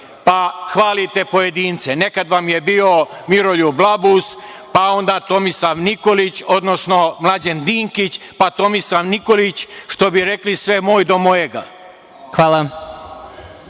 pa hvalite pojedince. Nekad vam je bio Miroljub Labus, pa onda Tomislav Nikolić, odnosno Mlađan Dinkić, pa Tomislav Nikolić, što bi rekli – sve moj do mojega.